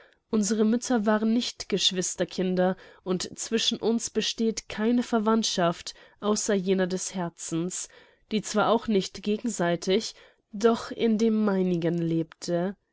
unsere mütter waren nicht geschwisterkinder und zwischen uns besteht keine verwandtschaft außer jener des herzens die zwar auch nicht gegenseitig doch in dem meinigen lebte